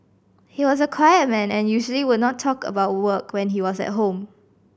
he was a quiet man and usually would not talk about work when he was at home